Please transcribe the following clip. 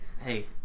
Hey